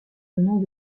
nom